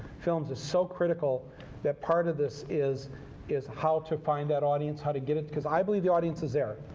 is so critical that part of this is is how to find that audience, how to get it. because i believe the audience is there.